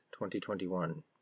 2021